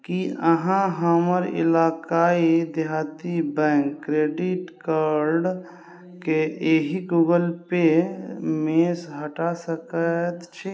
की अहाँ हमर इलाकाइ देहाती बैंक क्रेडिट कार्डके एहि गूगल पे मेस हटा सकैत छी